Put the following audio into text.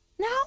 No